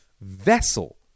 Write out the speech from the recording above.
vessel